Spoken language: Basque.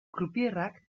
croupierrak